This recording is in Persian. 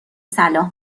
صلاح